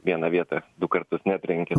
vieną vietą du kartus netrenkia